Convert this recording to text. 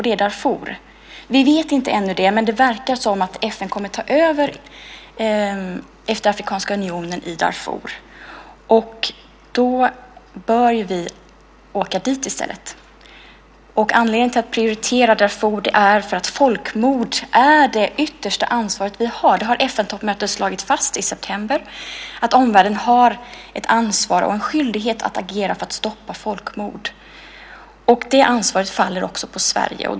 Det är Darfur. Vi vet inte ännu det, men det verkar som att FN kommer att ta över efter Afrikanska unionen i Darfur. Då bör vi åka dit i stället. Anledningen till att prioritera Darfur är att folkmord är det yttersta ansvar vi har. Det har FN-toppmötet slagit fast i september, att omvärlden har ett ansvar och en skyldighet att agera för att stoppa folkmord. Det ansvaret faller också på Sverige.